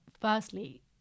Firstly